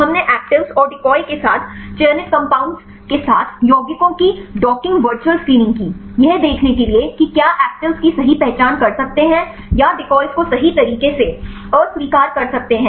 हमने एक्टिविज़ और डिकॉय के साथ चयनित कंपाउंड्स के साथ यौगिकों की डॉकिंग वर्चुअल स्क्रीनिंग की यह देखने के लिए कि क्या क्टिविज़ की सही पहचान कर सकते हैं या डिकॉयज़ को सही तरीके से अस्वीकार कर सकते हैं